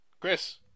Chris